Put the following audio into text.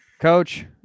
Coach